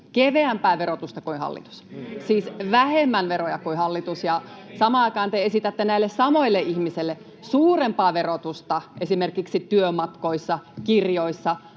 viime kaudella?] siis vähemmän veroja kuin hallitus, ja samaan aikaan te esitätte näille samoille ihmisille suurempaa verotusta esimerkiksi työmatkoissa, kirjoissa